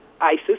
ISIS